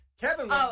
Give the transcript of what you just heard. Kevin